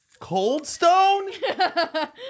Coldstone